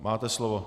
Máte slovo.